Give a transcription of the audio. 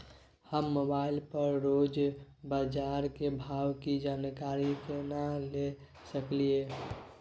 हम मोबाइल पर रोज बाजार के भाव की जानकारी केना ले सकलियै?